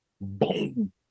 Boom